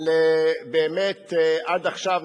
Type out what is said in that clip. אבל עד עכשיו,